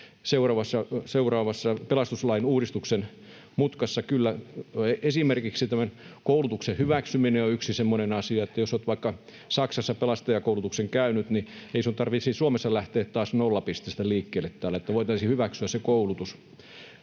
seuraavassa pelastuslain uudistuksen mutkassa kyllä. Esimerkiksi tämän koulutuksen hyväksyminen on yksi semmoinen asia, että jos olet vaikka Saksassa pelastajakoulutuksen käynyt, niin ei sinun tarvitsisi Suomessa lähteä taas nollapisteestä liikkeelle, että voitaisiin hyväksyä se koulutus.